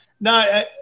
no